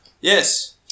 Yes